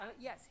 Yes